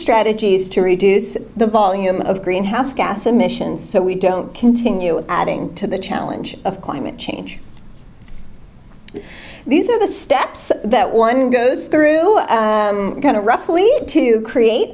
strategies to reduce the volume of greenhouse gas emissions so we don't continue adding to the challenge of climate change these are the steps that one goes through kind of roughly to create